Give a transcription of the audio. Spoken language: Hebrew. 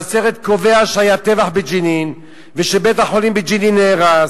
והסרט קובע שהיה טבח בג'נין ושבית-החולים בג'נין נהרס,